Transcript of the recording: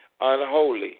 unholy